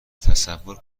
تصور